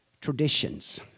Traditions